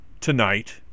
tonight